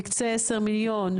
יוקצה 10 מיליון,